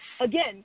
again